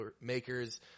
makers